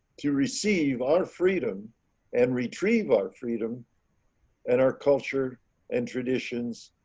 to receive our freedom and retrieve our freedom and our culture and traditions.